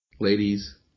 ladies